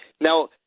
now